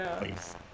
please